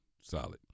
solid